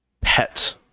Pet